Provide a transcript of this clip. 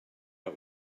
out